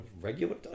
regular